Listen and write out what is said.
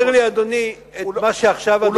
יסביר לי אדוני את מה שעכשיו אדוני אמר.